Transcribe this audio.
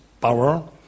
power